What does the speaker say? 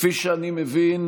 כפי שאני מבין,